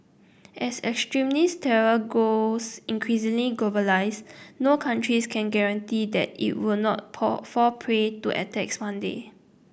as extremist terror grows increasingly globalised no countries can guarantee that it will not poll fall prey to attacks one day